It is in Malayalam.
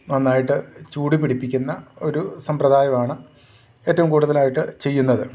നന്നായിട്ട് ചൂടുപിടിപ്പിക്കുന്ന ഒരു സമ്പ്രദായമാണ് ഏറ്റവും കൂടുതലായിട്ട് ചെയ്യുന്നത്